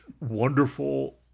wonderful